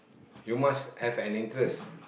you must have an interest